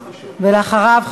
ואחריו,